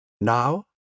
Now